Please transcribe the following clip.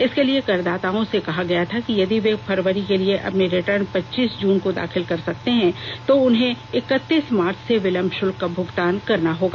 इसके लिए करदाताओं से कहा गया था कि यदि वे फरवरी के लिए अपनी रिटर्न पच्चीस जून को दाखिल करते हैं तो उन्हें इक्कीस मार्च से विलंब शुल्क का भुगतान करना होगा